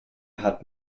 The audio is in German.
hat